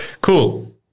Cool